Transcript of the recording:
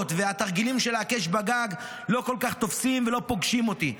והתרגילים של הקש בגג לא כל כך תופסים ולא פוגשים אותי.